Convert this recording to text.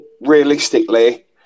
realistically